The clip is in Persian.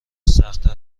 سختتر